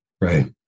Right